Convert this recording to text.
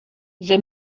they